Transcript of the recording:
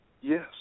Yes